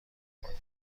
کنین